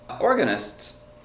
Organists